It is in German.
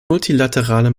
multilaterale